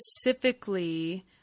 specifically